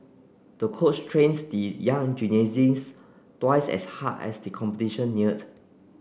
the coach trains the young twice as hard as the competition neared